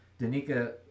Danica